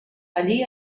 allí